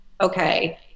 okay